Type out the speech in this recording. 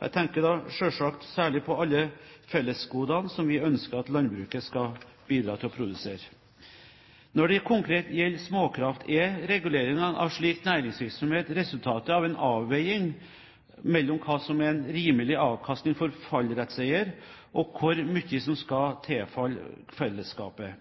Jeg tenker da selvsagt på alle fellesgodene som vi ønsker at landbruket skal bidra til å produsere. Når det konkret gjelder småkraft, er reguleringene av slik næringsvirksomhet resultatet av en avveining mellom hva som er en rimelig avkastning for fallrettseier, og hvor mye som skal tilfalle fellesskapet.